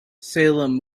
salim